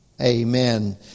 amen